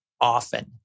often